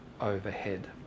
overhead